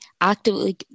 actively